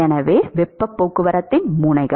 எனவே வெப்பப் போக்குவரத்தின் முனைகள்